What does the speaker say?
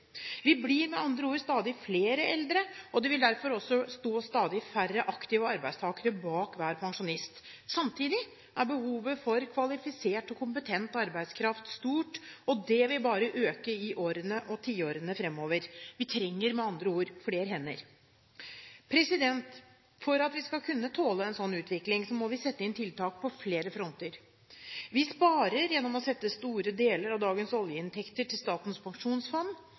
Vi blir med andre ord stadig flere eldre, og det vil derfor også stå stadig færre aktive arbeidstakere bak hver pensjonist. Samtidig er behovet for kvalifisert og kompetent arbeidskraft stort, og det vil bare øke i årene og tiårene fremover. Vi trenger med andre ord flere hender. For at vi skal kunne tåle en sånn utvikling, må vi sette inn tiltak på flere fronter. Vi sparer gjennom å sette store deler av dagens oljeinntekter i Statens pensjonsfond.